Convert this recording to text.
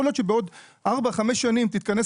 יכול להיות שבעוד 4 או 5 שנים תתכנס